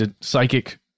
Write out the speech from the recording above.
psychic